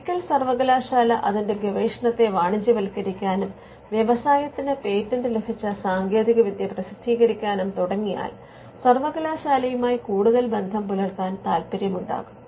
ഒരിക്കൽ സർവകലാശാല അതിന്റെ ഗവേഷണത്തെ വാണിജ്യവത്ക്കരിക്കാനും വ്യവസായത്തിന് പേറ്റന്റ് ലഭിച്ച സാങ്കേതികവിദ്യ പ്രസിദ്ധീകരിക്കാനും തുടങ്ങിയാൽ സർവകലാശാലയുമായി കൂടുതൽ ബന്ധം പുലർത്താൻ താൽപ്പര്യമുണ്ടാകും